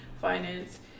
finance